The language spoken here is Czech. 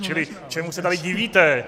Čili čemu se tady divíte?